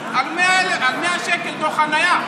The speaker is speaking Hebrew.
על 100 שקל דוח חניה.